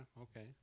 okay